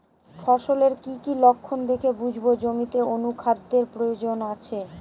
ফসলের কি কি লক্ষণ দেখে বুঝব জমিতে অনুখাদ্যের প্রয়োজন আছে?